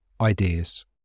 Ideas